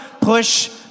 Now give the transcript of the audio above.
push